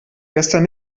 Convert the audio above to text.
gestern